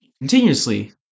continuously